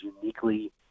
uniquely –